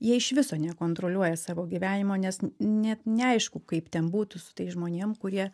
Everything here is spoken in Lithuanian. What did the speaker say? jie iš viso nekontroliuoja savo gyvenimo nes net neaišku kaip ten būtų su tais žmonėm kurie